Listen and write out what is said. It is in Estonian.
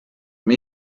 oma